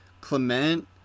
Clement